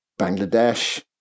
Bangladesh